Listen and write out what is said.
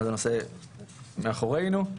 הנושא מאחורינו.